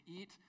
eat